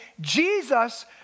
Jesus